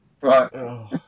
right